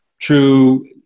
true